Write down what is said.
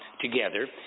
together